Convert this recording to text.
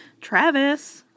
Travis